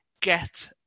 get